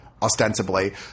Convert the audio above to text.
Ostensibly